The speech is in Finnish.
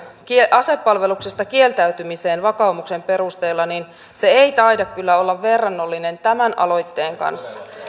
asepalveluksesta kieltäytymiseen vakaumuksen perusteella niin se ei taida kyllä olla verrannollinen tämän aloitteen kanssa